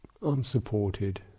unsupported